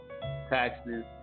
taxes